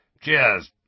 Cheers